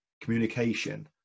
communication